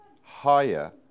higher